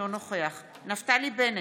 אינו נוכח נפתלי בנט,